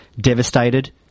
devastated